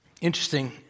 Interesting